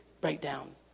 breakdown